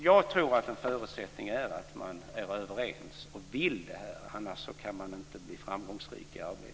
Jag tror alltså att en förutsättning i sammanhanget är att man är överens och att man vill detta; annars kan man inte bli framgångsrik i arbetet.